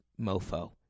mofo